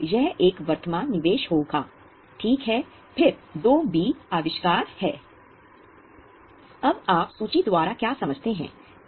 इसका दूसरा नाम स्टॉक है